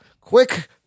Quick